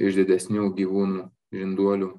iš didesnių gyvūnų žinduolių